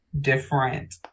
different